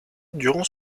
durant